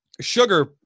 sugar